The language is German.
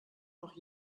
noch